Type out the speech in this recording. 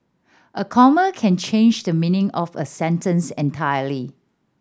a comma can change the meaning of a sentence entirely